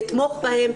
לתמוך בהן,